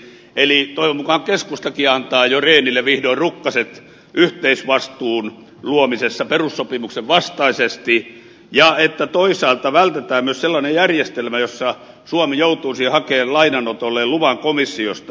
eli toivon mukaan keskustakin antaa jo rehnille vihdoin rukkaset yhteisvastuun luomisessa perussopimuksen vastaisesti ja toisaalta vältetään myös sellainen järjestelmä jossa suomi joutuisi hakemaan lainanotolle luvan komissiosta